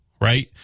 right